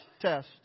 test